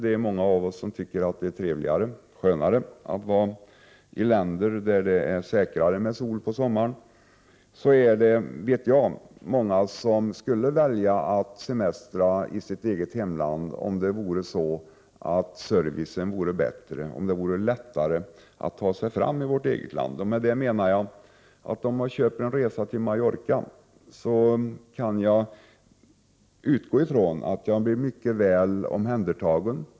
Även om många av oss tycker att det är skönare att vara i länder där det mera säkert är sol på sommaren, vet jag att många skulle välja att semestra i sitt eget land om servicen vore bättre och det vore lättare att ta sig fram. Om jag t.ex. köper en resa till Mallorca kan jag utgå från att jag blir mycket väl omhändertagen.